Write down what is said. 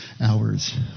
hours